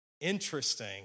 interesting